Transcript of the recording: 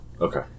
Okay